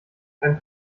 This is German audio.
beim